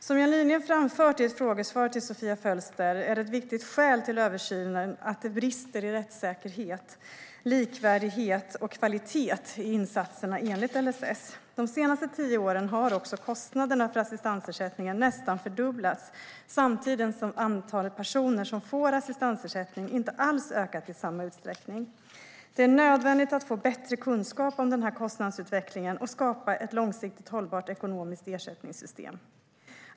Som jag nyligen framfört i ett frågesvar till Sofia Fölster är ett viktigt skäl till översynen att det brister i rättssäkerhet, likvärdighet och kvaliteten i insatserna enligt LSS. De senaste tio åren har också kostnaderna för assistansersättningen nästan fördubblats, samtidigt som antalet personer som får assistansersättning inte alls ökat i samma utsträckning. Det är nödvändigt att få bättre kunskap om denna kostnadsutveckling och skapa ett långsiktigt hållbart ekonomiskt ersättningssystem.